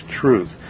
truth